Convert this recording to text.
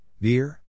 beer